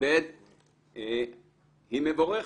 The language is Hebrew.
היא מבורכת,